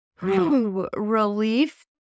relief